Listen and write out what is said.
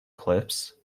clips